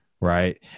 right